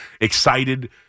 Excited